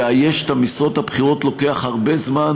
לאייש את המשרות הבכירות לוקח הרבה זמן,